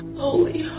holy